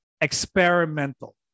experimental